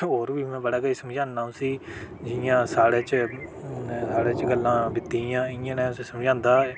होर बी में बड़ा किश समझाना उसी जि'यां साढ़े च साढ़े च गल्ला बीत्तियां इं'या नै उसी समझांदा